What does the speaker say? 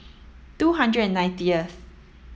two hundred and ninetieth